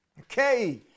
okay